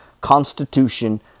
constitution